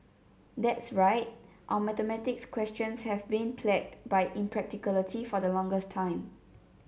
that's right our mathematics questions have been plagued by impracticality for the longest time